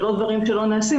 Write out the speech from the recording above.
זה לא דברים שלא נעשים,